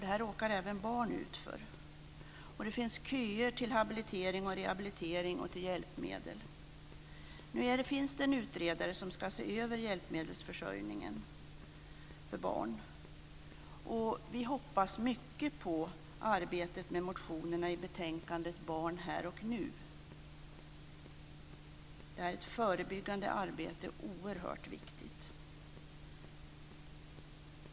Detta råkar även barn ut för. Det finns köer till habilitering, rehabilitering och hjälpmedel. Nu finns det en utredare som ska se över hjälpmedelsförsörjningen för barn. Vi hoppas mycket på arbetet med motionerna i betänkandet Barn här och nu. Där är ett förebyggande arbete oerhört viktigt.